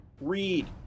Read